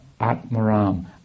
atmaram